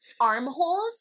armholes